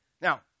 Now